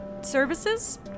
services